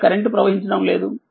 ఇక్కడకరెంట్ ప్రవహించడంలేదు